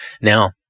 now